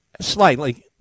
Slightly